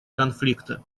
конфликта